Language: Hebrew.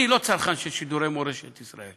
אני לא צרכן של שידורי מורשת ישראל.